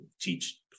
teach